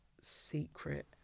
secret